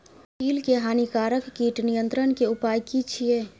तिल के हानिकारक कीट नियंत्रण के उपाय की छिये?